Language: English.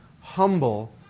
humble